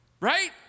Right